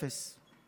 אפס.